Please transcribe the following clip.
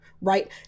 right